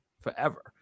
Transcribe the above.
forever